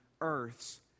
Earths